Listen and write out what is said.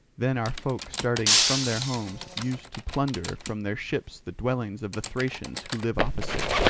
then our folk starting from their homes used to plunder from their ships the dwellings of the thracians who live opposite,